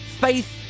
faith